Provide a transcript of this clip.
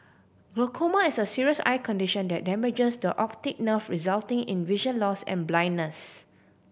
glaucoma is a serious eye condition that damages the optic nerve resulting in vision loss and blindness